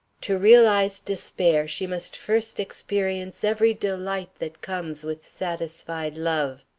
to realize despair she must first experience every delight that comes with satisfied love.